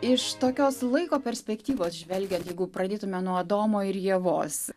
iš tokios laiko perspektyvos žvelgiant jeigu pradėtume nuo adomo ir ievos